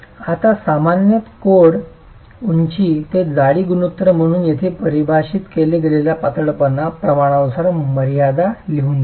आता सामान्यत कोड उंची ते जाडी गुणोत्तर म्हणून येथे परिभाषित केले गेलेल्या पातळपणा प्रमाणानुसार मर्यादा लिहून देतात